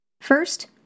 First